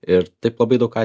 ir taip labai daug ką